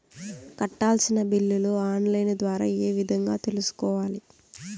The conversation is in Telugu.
కట్టాల్సిన బిల్లులు ఆన్ లైను ద్వారా ఏ విధంగా తెలుసుకోవాలి?